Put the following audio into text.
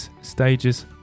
stages